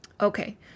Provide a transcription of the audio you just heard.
Okay